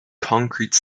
concrete